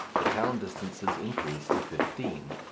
the town distances increase to fifteen.